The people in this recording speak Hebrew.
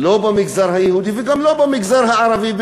לא במגזר היהודי וגם לא במגזר הערבי,